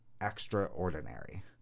extraordinary